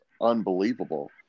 unbelievable